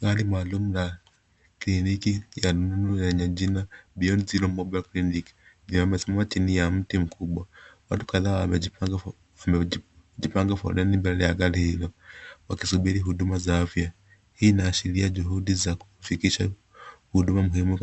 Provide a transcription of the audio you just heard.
Gari Maalum ya dhihiriki ya rununu yenye jina beyond Zero mobile Clinic amesimama chini ya mti Mkubwa watu kadhaa wamejipanga foleni mbele ya gari hilo wakisubiri huduma za afya hii inaashiria juhudi za kufikisha huduma muhimu